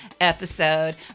episode